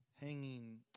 hanging